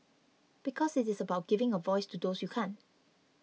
because it is about giving a voice to those you can't